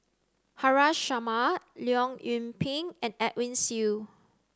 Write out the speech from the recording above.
Haresh Sharma Leong Yoon Pin and Edwin Siew